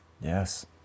Yes